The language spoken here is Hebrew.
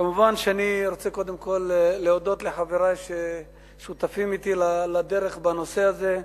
מובן שאני רוצה קודם כול להודות לחברי ששותפים אתי לדרך בנושא הזה,